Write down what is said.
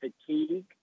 fatigue